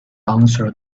answer